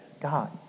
God